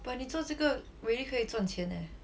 but 你做这个 really 可以赚钱 leh